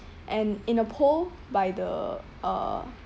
and in a poll by the uh